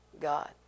God